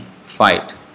fight